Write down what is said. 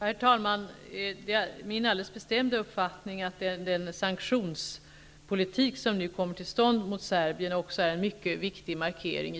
Herr talman! Det är min alldeles bestämda uppfattning att den sanktionspolitik som nu kommer till stånd mot Serbien är en mycket viktig markering.